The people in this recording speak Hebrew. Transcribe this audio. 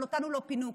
אבל אותנו לא פינו,